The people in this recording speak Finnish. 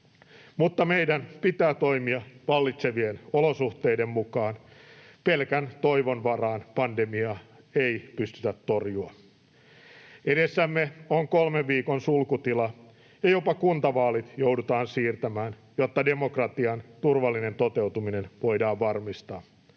Mutta meidän pitää toimia vallitsevien olosuhteiden mukaan. Pelkän toivon varassa pandemiaa ei pystytä torjumaan. Edessämme on kolmen viikon sulkutila, ja jopa kuntavaalit joudutaan siirtämään, jotta demokratian turvallinen toteutuminen voidaan varmistaa.